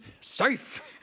Safe